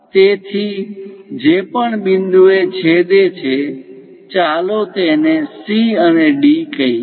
તેથી જે પણ બિંદુએ છેદે છે ચાલો તેને C અને D કહીએ